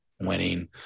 winning